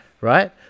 right